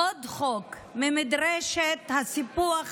עוד חוק, ממדרשת הסיפוח הזוחל.